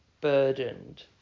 burdened